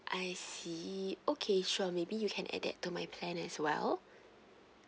I see okay sure maybe you can add that to my plan as well